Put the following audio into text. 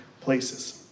places